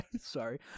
sorry